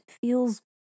feels